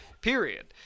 Period